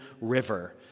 River